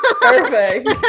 Perfect